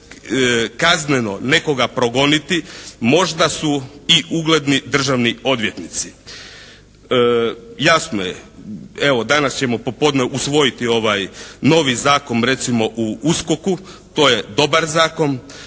kazneno nekoga progoniti možda su i ugledni državni odvjetnici. Jasno je, evo danas ćemo popodne usvojiti ovaj novi Zakon recimo o USKOK-u, to je dobar zakon.